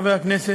חברי חברי הכנסת,